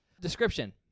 Description